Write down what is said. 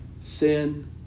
sin